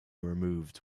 removed